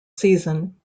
season